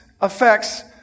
affects